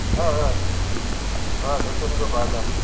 हय हय हय तशें कुन्न घेवपा जाता